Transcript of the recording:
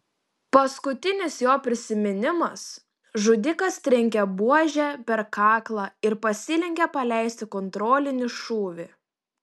paskutinis jo prisiminimas žudikas trenkia buože per kaklą ir pasilenkia paleisti kontrolinį šūvį